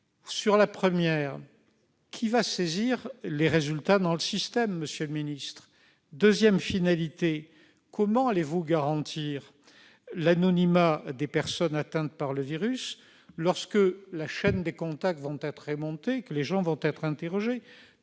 la première, qui va saisir les résultats dans le système ? Au sujet de la deuxième, comment allez-vous garantir l'anonymat des personnes atteintes par le virus lorsque la chaîne des contacts sera remontée et que les gens seront interrogés ?